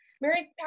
Mary